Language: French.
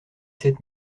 sept